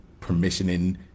permissioning